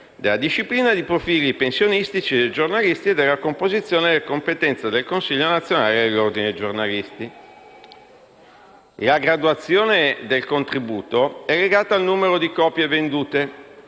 della disciplina di profili pensionistici dei giornalisti e della composizione e delle competenze del Consiglio nazionale dell'Ordine dei giornalisti. La graduazione del contributo è legata al numero di copie annue